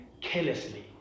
Carelessly